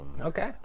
Okay